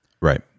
right